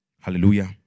Hallelujah